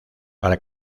para